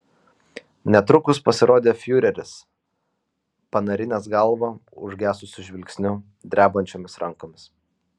netrukus pasirodė fiureris panarinęs galvą užgesusiu žvilgsniu drebančiomis rankomis